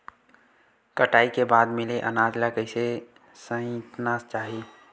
कटाई के बाद मिले अनाज ला कइसे संइतना चाही?